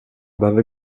behöver